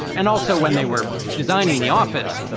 and also, when they were designing the office,